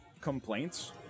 complaints